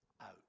out